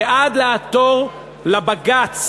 ועד לעתור לבג"ץ